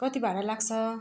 कति भाडा लाग्छ